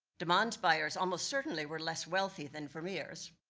de man's buyers, almost certainly, were less wealthy than vermeers.